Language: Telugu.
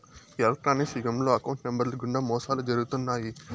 ఎలక్ట్రానిక్స్ యుగంలో అకౌంట్ నెంబర్లు గుండా మోసాలు జరుగుతున్నాయి